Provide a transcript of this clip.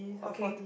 okay